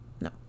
No